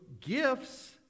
gifts